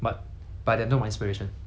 so so like